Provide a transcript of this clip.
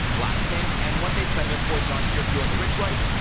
blackpink, and what they spend their fortune on here for you on the rich life.